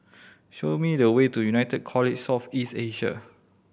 show me the way to United College South East Asia